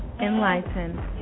enlighten